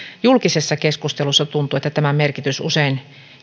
julkisessa keskustelussa tuntuu että tämän merkitys usein